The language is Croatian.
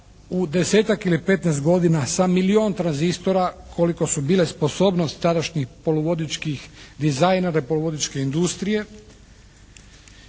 u 10-tak ili 15 godina sa milijon tranzistora koliko su bile sposobnost takvih poluvodičkih dizajna …/Govornik se